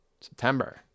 September